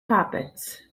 carpets